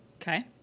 Okay